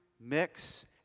mix